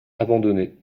abandonnés